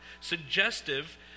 suggestive